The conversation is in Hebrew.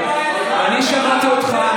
להצבעה.